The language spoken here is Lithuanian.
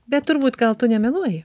bet turbūt gal tu nemeluoji